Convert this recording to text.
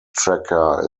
tracker